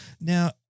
Now